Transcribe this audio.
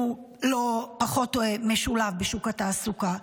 הוא פחות משולב בשוק התעסוקה,